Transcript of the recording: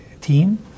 team